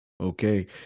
Okay